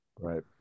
Right